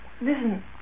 Listen